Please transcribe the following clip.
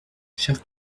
cher